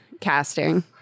casting